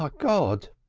ah god!